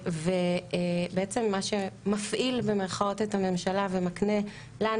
בעצם מה ש"מפעיל" במירכאות את הממשלה ומקנה לנו,